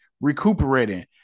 recuperating